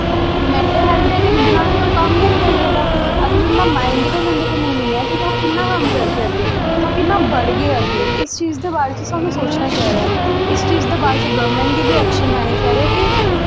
mental health दे बिना तां कोई कम्म गै निं करी सकदा अगर तुं'दा माइंड गै तुं'दे कन्नै निं ऐ ते तुस किन्ना कम्म करगे अग्गें तुस कि'यां बढ़गे अग्गें इक चीज दे बारे च सानू सोचना चाहिदा ऐ इस बारे च गौरमैंट गी बी ऐक्शन लैने चाहिदे कि